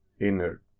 inner